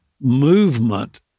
movement